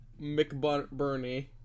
McBurney